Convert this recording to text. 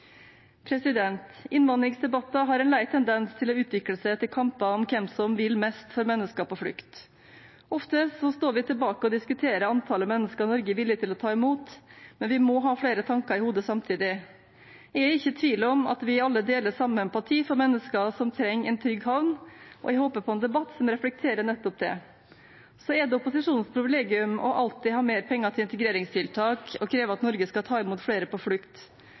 Innvandringsdebatter har en lei tendens til å utvikle seg til en kamp om hvem som vil mest for mennesker på flukt. Ofte står vi tilbake og diskuterer antallet mennesker Norge er villig til å ta imot, men vi må ha flere tanker i hodet samtidig. Jeg er ikke i tvil om at vi alle deler samme empati for mennesker som trenger en trygg havn, og jeg håper på en debatt som reflekterer nettopp det. Så er det opposisjonens privilegium alltid å ha mer penger til integreringstiltak og kreve at Norge skal ta imot flere på flukt.